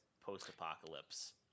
post-apocalypse